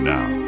Now